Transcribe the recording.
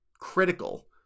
critical